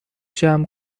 جمع